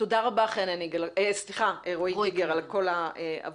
תודה רבה רואי קליגר על כל העבודה.